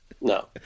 No